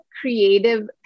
creative